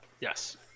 Yes